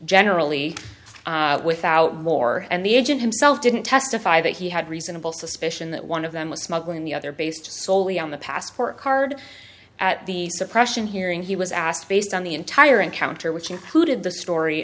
generally without war and the agent himself didn't testify that he had reasonable suspicion that one of them was smuggling the other based soley on the passport card at the suppression hearing he was asked based on the entire encounter which included the story